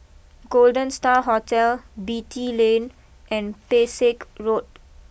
Golden Star Hotel Beatty Lane and Pesek Road